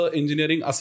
engineering